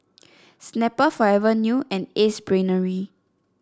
Snapple Forever New and Ace Brainery